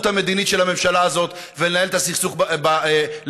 המדינית של הממשלה הזאת ולנהל את הסכסוך לנצח,